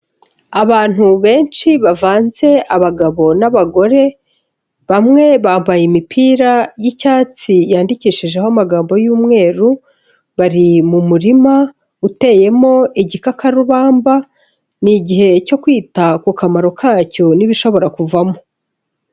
Abantu benshi bavanze abagabo n'abagore, bamwe bambaye imipira y'icyatsi yandikishijeho amagambo y'umweru. Bari mu murima uteyemo igikakarubamba, ni igihe cyo kwita ku kamaro kacyo n'ibishobora kuvamo.